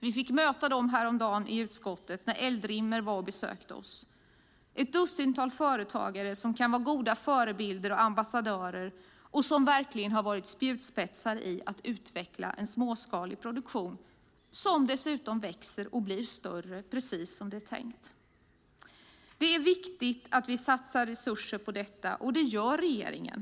Vi fick möta dem häromdagen i utskottet när Eldrimner besökte oss. Det handlar om ett dussintal företagare som kan vara goda förebilder och ambassadörer och som verkligen varit spjutspetsar i att utveckla en småskalig produktion som dessutom växer och blir större, precis som det är tänkt. Det är viktigt att vi satsar resurser på detta, och det gör regeringen.